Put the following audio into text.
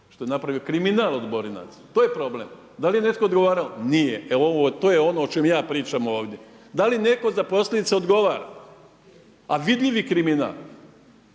što je napravio kriminal od Borinaca. To je problem. Da li je netko odgovarao? Nije. E, to je ono o čemu ja pričam ovdje. Da li netko za .../Govornik se ne razumije./... odgovara? A vidljivi kriminal.